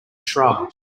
shrub